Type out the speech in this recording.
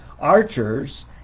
archers